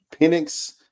Penix